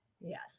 yes